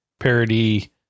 parody